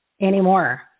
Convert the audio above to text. anymore